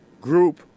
group